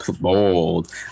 Bold